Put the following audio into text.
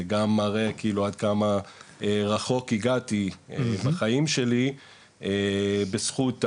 זה גם מראה עד כמה רחוק הגעתי בחיים שלי בזכות המקום,